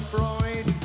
Freud